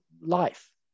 life